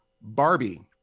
Barbie